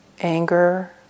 anger